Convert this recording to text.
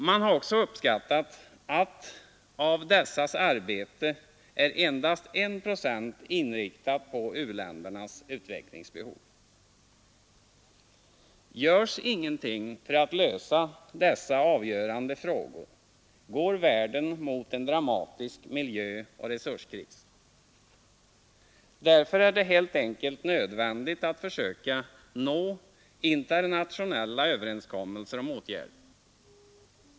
Man har också uppskattat att av dessas arbete är endast 1 procent inriktat på u-ländernas utvecklingsbehov. Görs ingenting för att lösa dessa avgörande problem går världen mot en dramatisk miljöoch resurskris. Därför är det helt enkelt nödvändigt att försöka nå internationella överenskommelser om åtgärder.